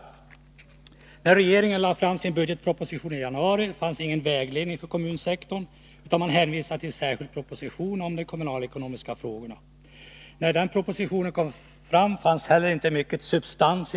ua När regeringen lade fram sin budgetproposition i januari fanns ingen vägledning för kommunsektorn, utan man hänvisade till den särskilda propositionen om de kommunalekonomiska frågorna. När den propositionen kom visade det sig att det inte heller i den fanns mycket substans.